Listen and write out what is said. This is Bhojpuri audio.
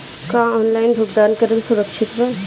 का ऑनलाइन भुगतान करल सुरक्षित बा?